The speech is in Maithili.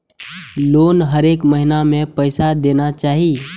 लोन हरेक महीना में पैसा देना चाहि?